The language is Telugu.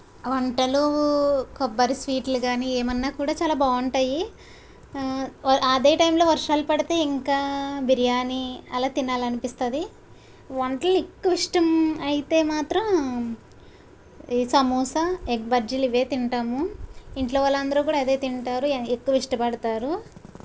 వంటలు కొబ్బరి స్వీట్లు కానీ ఏమన్నా కూడా చాలా బాగుంటాయి అదే టైం లో వర్షాలు పడితే ఇంకా బిర్యానీ అలా తినాలనిపిస్తుంది వంటలు ఎక్కువ ఇష్టం అయితే మాత్రం సమోసా ఎగ్ బజ్జీలు ఇవే తింటాము ఇంట్లో వాళ్ళందరూ కూడా అదే తింటారు ఎక్కువ ఇష్టపడతారు